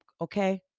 Okay